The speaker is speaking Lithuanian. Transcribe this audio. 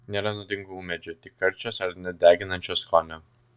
nėra nuodingų ūmėdžių tik karčios ar net deginančio skonio